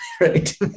right